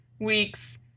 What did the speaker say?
weeks